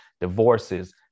divorces